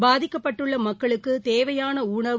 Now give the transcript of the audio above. பாதிக்கப்பட்டுள்ளமக்களுக்குதேவையாளஉளவு